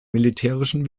militärischen